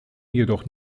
jedoch